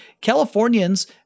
Californians